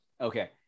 okay